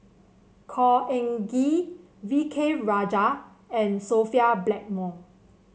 Khor Ean Ghee V K Rajah and Sophia Blackmore